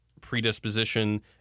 predisposition